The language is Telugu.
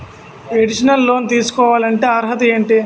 ఎడ్యుకేషనల్ లోన్ తీసుకోవాలంటే అర్హత ఏంటి?